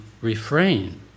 refrain